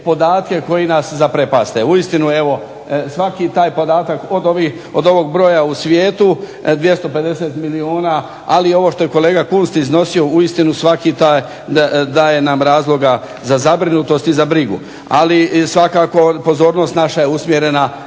Uistinu evo svaki taj podatak od ovog broja u svijetu 250 milijuna ali i ovo što je kolega Kunst iznosio uistinu svaki taj daje nam razloga za zabrinutost i za brigu. Ali svakako pozornost naša je usmjerena